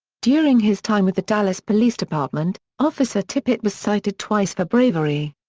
during his time with the dallas police department, officer tippit was cited twice for bravery.